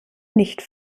nicht